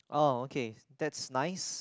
oh okay that's nice